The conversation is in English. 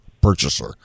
purchaser